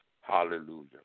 Hallelujah